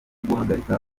guhagarika